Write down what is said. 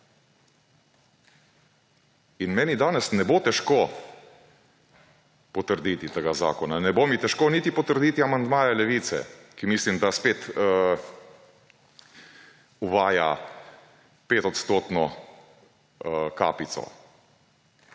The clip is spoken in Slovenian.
In meni danes ne bo težko potrditi tega zakona, ne bo mi težko niti potrditi amandmaja Levice, ki mislim, da spet uvaja 5-odstotno kapico.